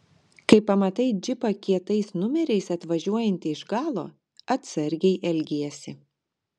kai pamatai džipą kietais numeriais atvažiuojantį iš galo atsargiai elgiesi